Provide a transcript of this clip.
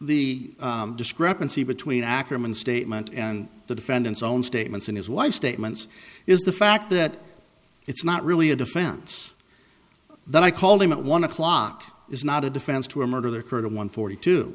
the discrepancy between ackerman statement and the defendant's own statements and his wife statements is the fact that it's not really a defense that i called him at one o'clock is not a defense to a murderer kurta one forty two